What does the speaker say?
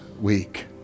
week